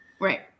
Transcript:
right